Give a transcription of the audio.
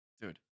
Dude